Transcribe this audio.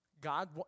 God